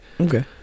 Okay